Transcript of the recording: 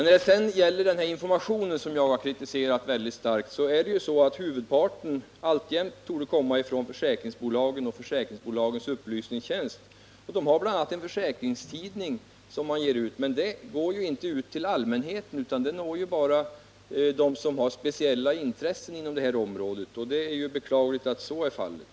När det sedan gäller informationen, som jag har kritiserat starkt, torde huvudparten av informationen alltjämt komma från försäkringsbolagen och från försäkringsbolagens upplysningstjänst. De ger bl.a. ut en försäkringstidning, men den går inte ut till allmänheten, utan den når bara dem som har speciella intressen på området. Det är beklagligt att så är fallet.